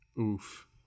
Oof